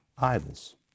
idols